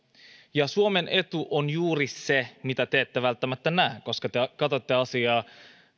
ja suomen etu on juuri se mitä te ette välttämättä näe koska te katsotte asiaa